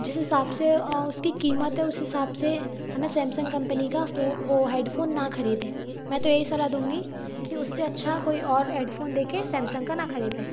जिस हिसाब से उसकी कीमत है उस हिसाब से हमें सैमसंग कम्पनी का वह हेडफ़ोन न ख़रीदे मैं तो यही सलाह दूंगी कि उससे अच्छा कोई और हेडफ़ोन देखें सैमसंग का न ख़रीदे